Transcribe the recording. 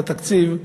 את התקציב,